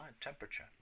temperature